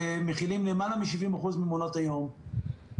שמכילים למעלה מ-70% ממעונות היום,